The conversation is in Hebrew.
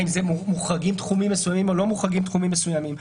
האם מוחרגים תחומים מסוימים או לא מוחרגים תחומים מסוימים.